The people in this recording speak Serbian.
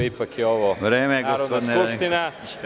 Ipak je ovo Narodna skupština.